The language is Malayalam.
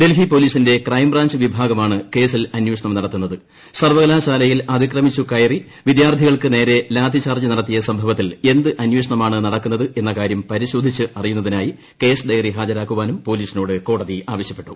ഡൽഹി പൊലീസിന്റെ ക്രൈറ്റ്ബ്മെഞ്ച് വിഭാഗമാണ് കേസിൽ അന്വേഷണം നടത്തുന്നത് ് സർവകലാശാലയിൽ അതിക്രമിച്ചു കയറി വിദ്യാർത്ഥികൾക്കുക്കു് നേരെ ലാത്തി ചാർജ്ജ് നടത്തിയ സംഭവത്തിൽ എന്ത് അന്വേഷണമാണ് നടക്കുന്നത് എന്ന കാര്യം പരിശോധിച്ചറിയുന്നതിനായി കേസ് ഡയറി ഹാജരാക്കാനും പൊലീസിനോട് കോടതി ആവശ്യപ്പെട്ടു